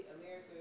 America